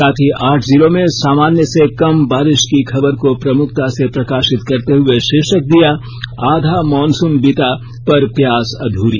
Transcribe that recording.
साथ ही आठ जिलों में सामान्य से कम बारिश की खबर को प्रमुखता से प्रकाशित करते हुए शीर्षक दिया आधा मानसून बीता पर प्यास अधूरी